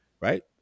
Right